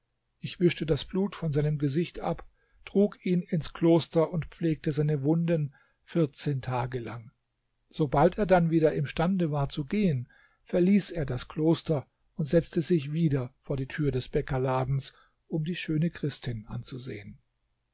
ich wischte das blut von seinem gesicht ab trug ihn ins kloster und pflegte seine wunden vierzehn tage lang sobald er dann wieder imstande war zu gehen verließ er das kloster und setzte sich wieder vor die tür des bäckerladens um die schöne christin anzusehen